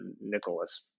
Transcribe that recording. Nicholas